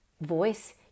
voice